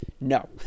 no